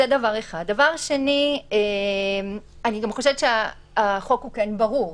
שנית, לדעתי, החוק ברור.